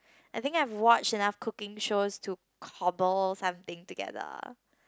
I think I've watched enough cooking shows to cobble something together